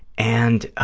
and